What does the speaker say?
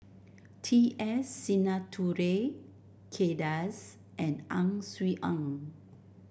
T S Sinnathuray Kay Das and Ang Swee Aun